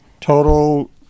total